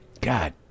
God